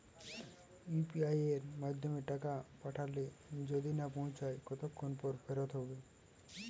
UPI য়ের মাধ্যমে টাকা পাঠালে যদি না পৌছায় কতক্ষন পর ফেরত হবে?